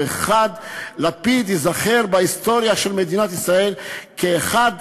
לפיד ייזכר בהיסטוריה של מדינת ישראל כאחד